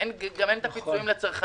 זה יעכב את הפיצויים לצרכנים.